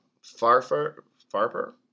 Farper